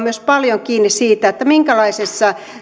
myös paljon kiinni siitä minkälaisessa